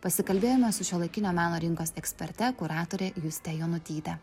pasikalbėjome su šiuolaikinio meno rinkos eksperte kuratore juste jonutyte